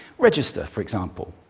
register, for example.